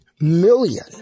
million